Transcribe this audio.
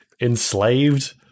Enslaved